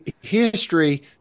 History